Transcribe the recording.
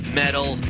metal